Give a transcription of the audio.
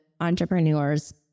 entrepreneurs